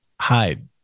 hide